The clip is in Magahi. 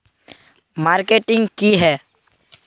मार्केटिंग की है?